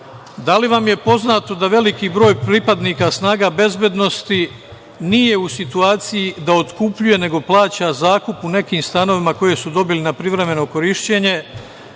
li vam je poznato da veliki broj pripadnika snaga bezbednosti nije u situaciji da otkupljuje, nego plaća zakup u nekim stanovima koje su dobili na privremeno korišćenje,